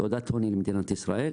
זו תעודת עניות למדינת ישראל.